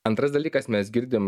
antras dalykas mes girdim